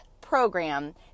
program